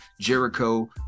Jericho